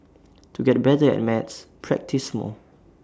to get better at maths practise more